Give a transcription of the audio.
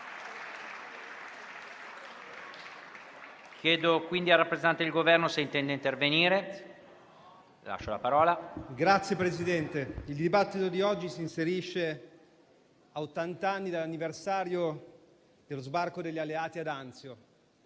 il dibattito di oggi si inserisce a ottanta anni dall'anniversario dello sbarco degli alleati ad Anzio.